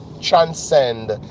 transcend